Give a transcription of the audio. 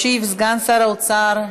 ישיב סגן שר האוצר.